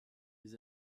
les